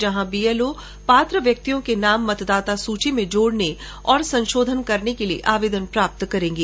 जहां बीएलओ पात्र व्यक्तियों के नाम मतदाता सूची में जोड़ने और संशोधन करने के लिए आवेदन प्राप्त करेंगे